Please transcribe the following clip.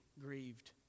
grieved